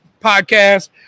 podcast